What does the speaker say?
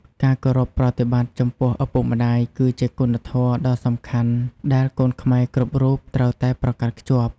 ការគោរពប្រតិបត្តិចំពោះឪពុកម្ដាយ គឺជាគុណធម៌ដ៏សំខាន់ដែលកូនខ្មែរគ្រប់រូបត្រូវតែប្រកាន់ខ្ជាប់។